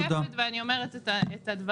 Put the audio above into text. סליחה, אני משקפת ואני אומרת את הדברים.